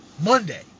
Monday